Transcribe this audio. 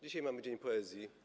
Dzisiaj mamy dzień poezji.